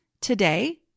today